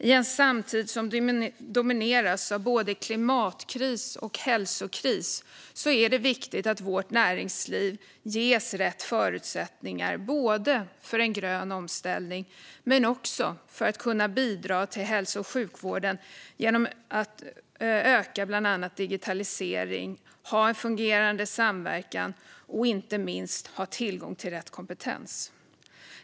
I en samtid som domineras av både klimatkris och hälsokris är det viktigt att vårt näringsliv ges rätt förutsättningar för att göra en grön omställning men också för att kunna bidra till hälso och sjukvården genom att bland annat öka digitaliseringen, ha en fungerande samverkan och inte minst ha tillgång till rätt kompetens.